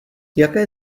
jaké